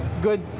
good